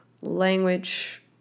language